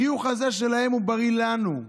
החיוך הזה שלהם בריא לנו,